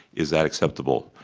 is that acceptable?